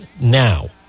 now